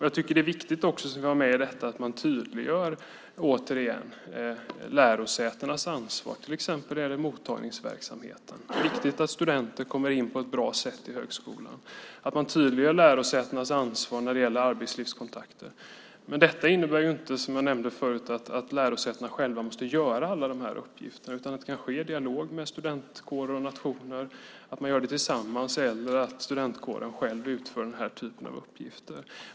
Jag tycker återigen att det är viktigt att man tydliggör lärosätenas ansvar till exempel när det gäller mottagningsverksamheten. Det är viktigt att studenter kommer in på högskolan på ett bra sätt. Det är viktigt att man tydliggör lärosätenas ansvar när det gäller arbetslivskontakter. Men detta innebär inte, som jag nämnde förut, att lärosätena själva måste göra alla dessa uppgifter. Det kan ske i dialog med studentkårer och nationer. Man gör det tillsammans, eller också utför studentkåren själv denna typ av uppgifter.